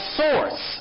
source